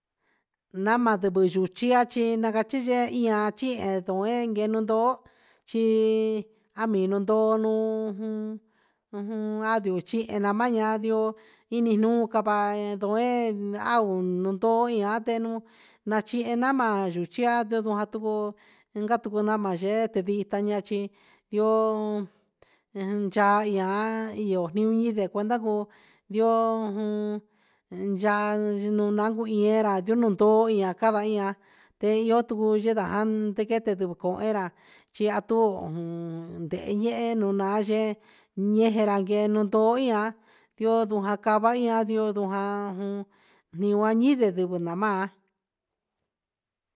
Nama sivɨ nduchia chi na cachi yee ian ndoeen gueno ndoo chi ami un ndoo juun adio chihin maaan na ndio ini nuun cava ndoe niau nachihi a nama yuchia ndivɨ ja tucu inca tucu nama yee te ndi ta a chi yoo ajan cha ihan iyo nii cuenda cuu ndioo yaa un nancu higuera gunu ndoo ian cava ian ten iyo tucu yeda an nde quete tucu era chia tu ndehe ehe un naan yee un yee ndoo iha yoo ndu jacava iha yee ndiu ndoo ja juun iundainde ndivɨ na maan.